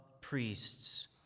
priests